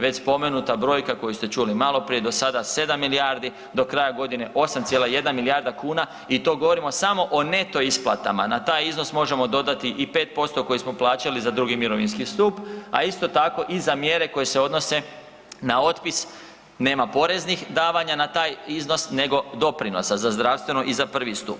Već spomenuta brojka koju ste čuli maloprije do sada 7 milijardi do kraja 8,1 milijarda kuna i to govorimo samo o neto isplatama, na taj iznos možemo dodati i 5% koji smo plaćali za 2 mirovinski stup, a isto i za mjere koje se odnose na otpis, nema poreznih davanja na taj iznos nego doprinosa za zdravstveno i za 1 stup.